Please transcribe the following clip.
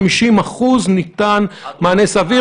אני אשמח לשמוע כמה אחמ"שים התבקשו מאיראן ומעיראק,